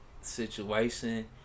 situation